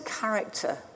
character